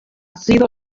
sido